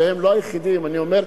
הם לא היחידים, אני אומר,